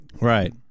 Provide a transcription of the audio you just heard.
Right